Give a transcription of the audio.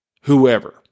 whoever